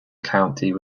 county